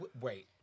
wait